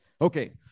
Okay